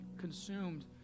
consumed